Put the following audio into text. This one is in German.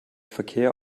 verkehr